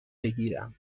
بگیرم